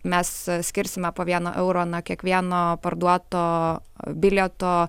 mes skirsime po vieną eurą nuo kiekvieno parduoto bilieto